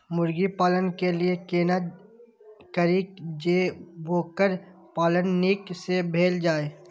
मुर्गी पालन के लिए केना करी जे वोकर पालन नीक से भेल जाय?